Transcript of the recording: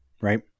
right